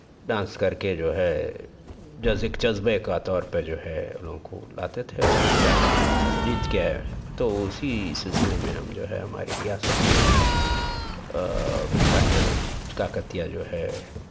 dance کر کے جو ہے جیسے کہ جذبے کے طور پہ جو ہے لوگوں کو لاتے تھے چاہے جیت کے تو اُسی سِلسلے میں ہم جو ہے ہماری ریاست کی پہلے کاکتیا جو ہے